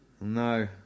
No